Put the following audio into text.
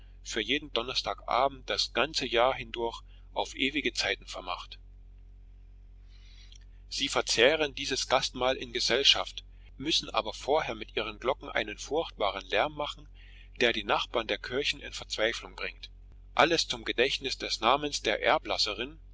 für jeden donnerstagabend das ganze jahr hindurch auf ewige zeiten vermacht sie verzehren dieses gastmahl in gesellschaft müssen aber vorher mit ihren glocken einen furchtbaren lärm machen der die nachbarn der kirchen in verzweiflung bringt alles zum gedächtnis des namens der erblasserin